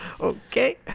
Okay